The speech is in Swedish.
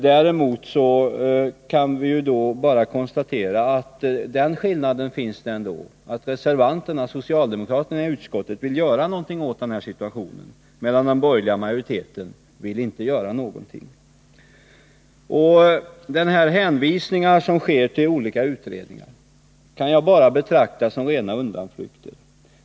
Däremot kan vi konstatera att den skillnaden ändå finns att reservanterna, socialdemokraterna i utskottet, vill göra något åt denna situation, medan den borgerliga majoriteten inte vill göra någonting. De hänvisningar som görs till olika utredningar kan jag bara betrakta som rena undanflykter.